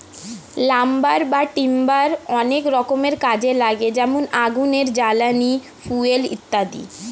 lumber বা timber অনেক রকমের কাজে লাগে যেমন আগুনের জ্বালানি, ফুয়েল ইত্যাদি